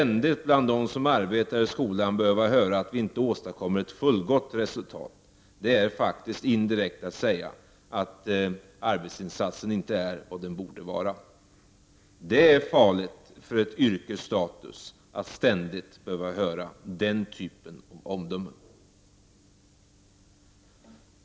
När de som arbetar i skolan ständigt får höra att de inte åstadkommer ett fullgott resultat är det faktiskt indirekt detsamma som att man säger att arbetsinsatsen inte är vad den borde vara. Det är farligt för ett yrkes status att dess utövare ständigt får höra den typen av omdömen.